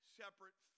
separate